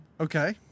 Okay